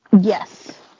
Yes